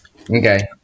Okay